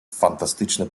fantastyczne